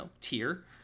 tier